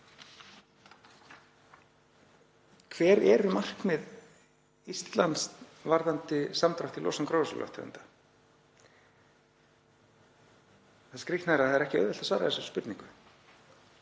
Hver eru markmið Íslands varðandi samdrátt í losun gróðurhúsalofttegunda? Það skrýtna er að það er ekki auðvelt að svara þessari spurningu.